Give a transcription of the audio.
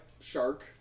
shark